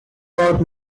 about